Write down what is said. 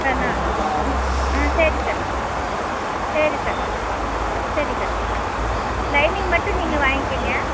கண்ணா ஆ சரி கண்ணா சரி கண்ணா சரி கண்ணா லைனிங் மட்டும் நீங்கள் வாங்க்கிங்க